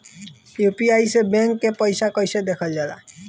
UPI से bank के पैसा कैसे देखल जाला?